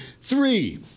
Three